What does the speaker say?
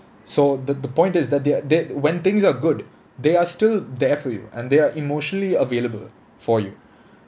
so the the point is that they're they when things are good they are still there for you and they are emotionally available for you